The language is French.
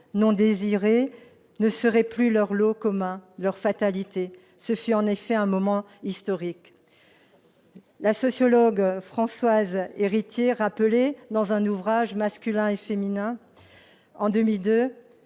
non désirées ne seraient plus leur lot commun, leur fatalité. Ce fut en effet un moment historique. La sociologue Françoise Héritier rappelait en 2002, dans son ouvrage qu'une enquête